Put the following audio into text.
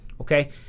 Okay